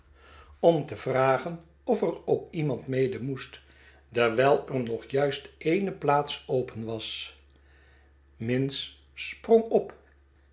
om te vragen of er ook iemand mede moest dewijl er nog juist eene plaats open was minns sprong op